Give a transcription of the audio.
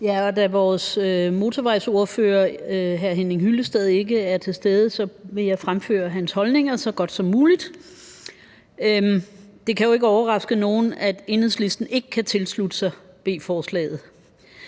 Da vores motorvejsordfører, hr. Henning Hyllested, ikke er til stede, vil jeg så godt som muligt fremføre hans holdninger. Det kan jo ikke overraske nogen, at Enhedslisten ikke kan tilslutte sig B-forslaget.